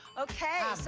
okay,